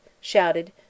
shouted